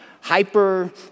hyper